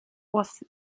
was